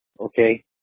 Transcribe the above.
okay